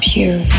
Pure